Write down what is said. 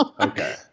okay